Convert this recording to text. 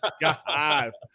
guys